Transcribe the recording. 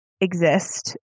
exist